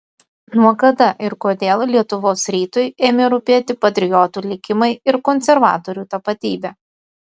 nuo kada ir kodėl lietuvos rytui ėmė rūpėti patriotų likimai ir konservatorių tapatybė